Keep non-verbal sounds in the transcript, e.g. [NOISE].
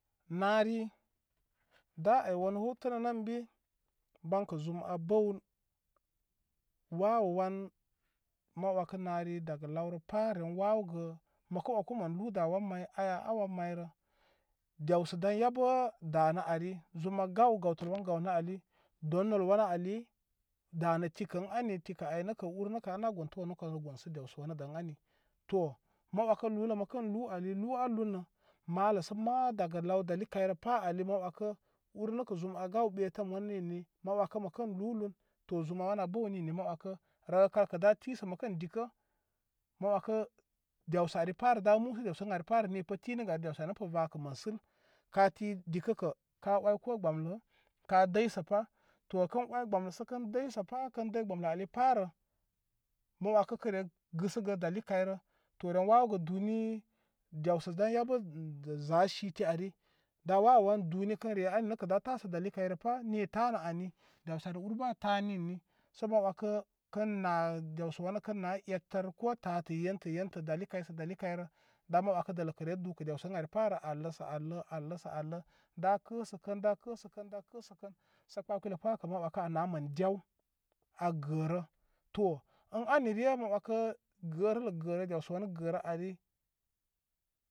Nari da ay wanə wan tənən bi bankə zum a bəw wawəwan mə wəkə nari daga lawrəpa ren wawəgə məkə wəku mən lu da wan may ayya á wan mayrə dewsə dan yabə danə ari zum a gaw gawtəl [NOISE] wan gawnə ali don nol wanə ali danə tikə ən ani tikə ay nəkə ur nəkə a gontə wanu kanrə gənsə gonsə wani da ən ani to mə wəkə lulə wani lu ali nə á lu lənrə malə sə ma daga law dali kayrəpa ali ma wəkə ur nəkə zum á gaw ɓetəm wanu ninni mə wəkə məkən lu lan to zum wanan bəw ni ani mə wəkə rəlkə kə da tisə məkən dikə mə wəkə dewsə ari parə da musə dewsə ari parə nipə ti nəgə ani dewsə aynə pə vakə mən sul kati dikə kə ka oy ko gbəmlə ka dəysə pa to kən oy gbəmlə sə kən dəysə pa kən dəy gbəmlə ali parə mə wəkə kəre gəsəgə dali kayrə to ren wawəgə duni dewsə dan yabə za siti ari da wawəwan duni kən re ani nəkə da tasə dəli kayrəpa ni tanə ani dewsə ar ar bə ata ninni sə mə wəkə kən na dewsə wanə kən na ettər ko tafə yentə yentə dali kay sə dali kayrə daŋ mə wərkə də'ə kə re dukə dewsə ən ay parə allə sə allə allə sə allə da kəsəkən da kəsəkən da kəsə kən sə pa kulə pakə ma wəkə ana mən dew agərə to ən anire mə wəkə gərələ gərə dewsə wanu gərə ali.